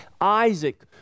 Isaac